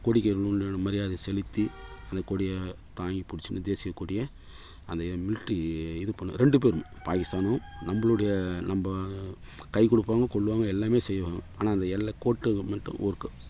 கொடிக்கயிறுன்னு ஒன்றுன்னு மரியாதை செலுத்தி அந்த கொடியை தாங்கிப் பிடிச்சின்னு தேசியக் கொடியை அந்த மில்ட்ரி இது பண்ணும் ரெண்டு பேரும் பாகிஸ்தானும் நம்மளுடைய நம்ம கைக் கொடுப்பாங்க கொள்வாங்க எல்லாமே செய்வாங்க ஆனால் அந்த எல்லை கோட்டுக்கு மட்டும் ஒர்க்கு